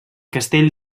castell